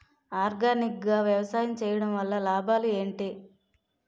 Organic గా వ్యవసాయం చేయడం వల్ల లాభాలు ఏంటి?